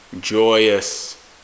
joyous